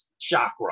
chakra